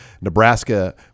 Nebraska